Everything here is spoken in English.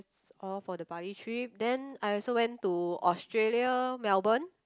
it's all for the bali trip then I also went to Australia Melbourne